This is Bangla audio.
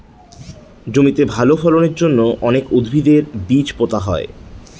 জমিতে ভালো ফলনের জন্য অনেক উদ্ভিদের বীজ পোতা হয়